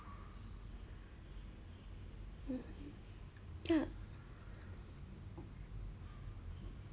mm ya